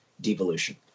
Devolution